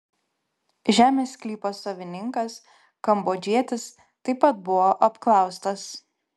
žemės sklypo savininkas kambodžietis taip pat buvo apklaustas